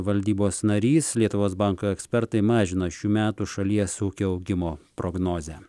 valdybos narys lietuvos banko ekspertai mažina šių metų šalies ūkio augimo prognozę